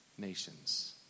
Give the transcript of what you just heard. Nations